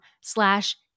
slash